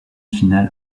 finale